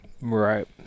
Right